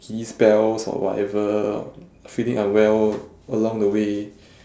giddy spells or whatever feeling unwell along the way